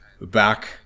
back